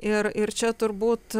ir ir čia turbūt